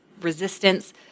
resistance